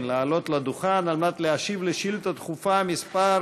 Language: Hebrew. לעלות לדוכן על מנת להשיב על שאילתה דחופה מס'